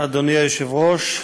אדוני היושב-ראש.